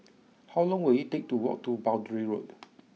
how long will it take to walk to Boundary Road